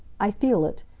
i feel it.